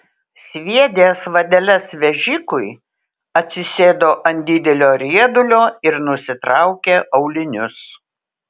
sviedęs vadeles vežikui atsisėdo ant didelio riedulio ir nusitraukė aulinius